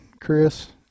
Chris